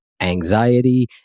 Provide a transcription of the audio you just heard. anxiety